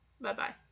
Bye-bye